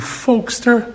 folkster